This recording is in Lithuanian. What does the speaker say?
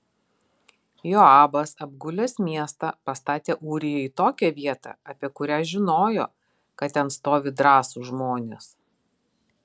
joabas apgulęs miestą pastatė ūriją į tokią vietą apie kurią žinojo kad ten stovi drąsūs žmonės